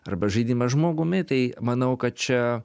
arba žaidimą žmogumi tai manau kad čia